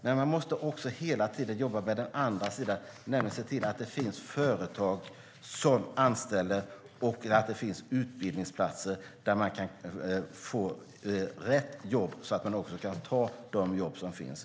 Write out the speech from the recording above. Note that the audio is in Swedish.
Men man måste också hela tiden jobba med den andra sidan. Det gäller att se till att det finns företag som anställer och utbildningsplatser så att människor kan få rätt jobb och också kan ta de jobb som finns.